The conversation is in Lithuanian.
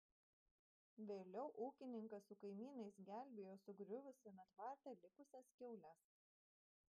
vėliau ūkininkas su kaimynais gelbėjo sugriuvusiame tvarte likusias kiaules